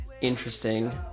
interesting